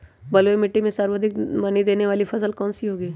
बलुई मिट्टी में सर्वाधिक मनी देने वाली फसल कौन सी होंगी?